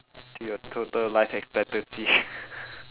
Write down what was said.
to your total life expectancy